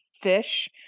fish